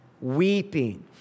weeping